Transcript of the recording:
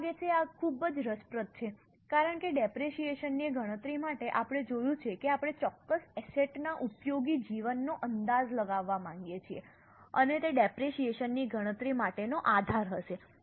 મને લાગે છે કે આ ખૂબ જ રસપ્રદ છે કારણ કે ડેપરેશીયેશન ની ગણતરી માટે આપણે જોયું છે કે આપણે ચોક્કસ એસેટ ના ઉપયોગી જીવનનો અંદાજ લગાવવા માંગીએ છીએ અને તે ડેપરેશીયેશન ની ગણતરી માટેનો આધાર હશે